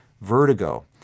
vertigo